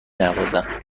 نوازم